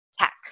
tech